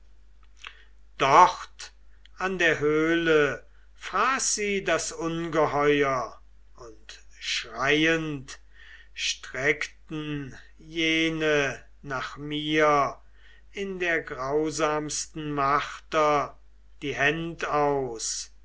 dort an der höhle fraß sie das ungeheuer und schreiend streckten jene nach mir in der grausamsten marter die händ aus